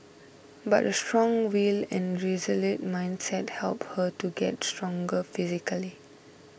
but a strong will and resolute mindset helped her to get stronger physically